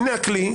הנה הכלי,